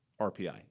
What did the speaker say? RPI